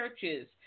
churches